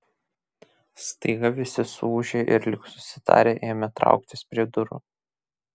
staiga visi suūžė ir lyg susitarę ėmė trauktis prie durų